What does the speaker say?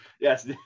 Yes